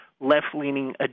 left-leaning